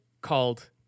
called